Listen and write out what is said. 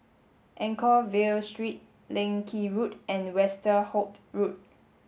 Anchorvale Street Leng Kee Road and Westerhout Road